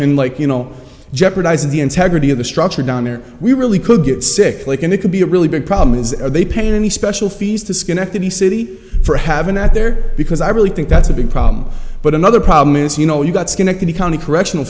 in like you know jeopardizing the integrity of the structure down there we really could get sick like and it could be a really big problem is they paying any special fees to schenectady city for having that there because i really think that's a big problem but another problem is you know you've got schenectady county correctional